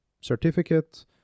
certificate